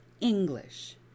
English